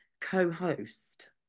co-host